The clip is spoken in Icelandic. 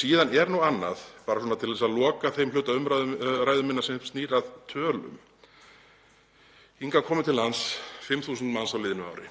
Síðan er það annað, bara svona til að loka þeim hluta ræðu minnar sem snýr að tölum: Hingað til lands komu 5.000 manns á liðnu ári.